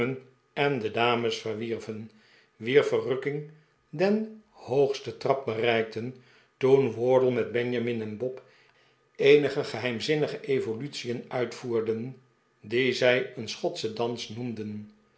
en de dames verwierven wier verrukkihg den hoogsten trap bereikte toen wardle met benjamin en bob eenige geheimzinnige evolutien uitvoerden die zij een schotsen dans noemden